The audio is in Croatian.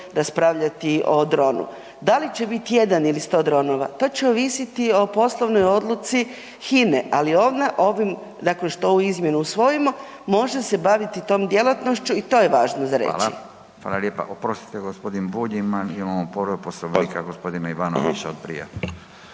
raspravljati o dronu. Da li će biti jedan ili 100 dronova, to će ovisiti o poslovnoj odluci HINA-e ali ona ovim dakle što ovu izmjenu usvojimo, može se baviti tom djelatnošću i to je važno za reći. **Radin, Furio (Nezavisni)** Hvala. Hvala lijepa, oprostite, g. Bulj, imamo povredu Poslovnika g. Ivanovića od prije.